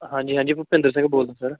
ਹਾਂਜੀ ਹਾਂਜੀ ਭੁਪਿੰਦਰ ਸਿੰਘ ਬੋਲਦਾ ਸਰ